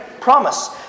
promise